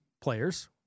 players